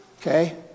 Okay